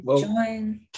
join